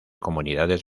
comunidades